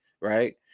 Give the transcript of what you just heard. right